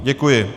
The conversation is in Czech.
Děkuji.